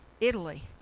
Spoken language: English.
Italy